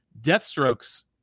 Deathstroke's